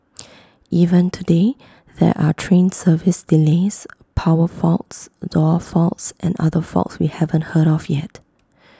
even today there are train service delays power faults door faults and other faults we haven't heard of yet